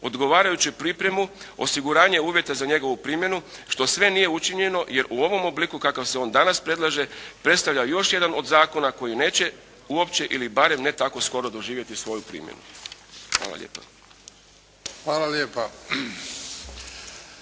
odgovarajuću pripremu, osiguranje uvjeta za njegovu primjenu što sve nije učinjeno jer u ovom obliku kakav se on danas predlaže predstavlja još jedan od zakona koji neće uopće ili barem ne tako skoro doživjeti svoju primjenu. Hvala lijepa.